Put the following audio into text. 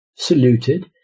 saluted